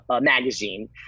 magazine